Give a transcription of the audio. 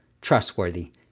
trustworthy